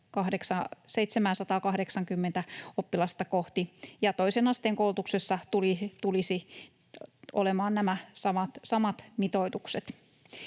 780:tä oppilasta kohti, ja toisen asteen koulutuksessa tulisi olemaan nämä samat mitoitukset.